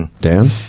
Dan